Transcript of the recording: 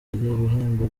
ibihembo